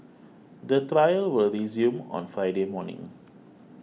the trial will resume on Friday morning